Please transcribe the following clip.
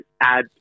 add